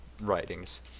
writings